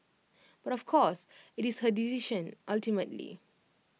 but of course IT is her decision ultimately